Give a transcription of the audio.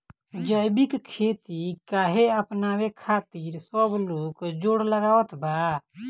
जैविक खेती काहे अपनावे खातिर सब लोग जोड़ लगावत बा?